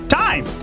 time